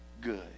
good